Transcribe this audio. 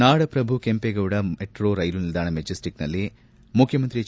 ನಾಡಪ್ರಭು ಕೆಂಪೇಗೌಡ ಮೆಟ್ರೋ ರೈಲು ನಿಲ್ದಾಣ ಮೆಜೆಸ್ಟಿಕ್ನಲ್ಲಿ ಮುಖ್ಯಮಂತ್ರಿ ಎಚ್